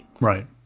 Right